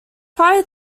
prior